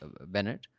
Bennett